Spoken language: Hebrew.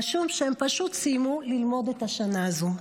רשום שהם פשוט סיימו ללמוד את השנה הזו.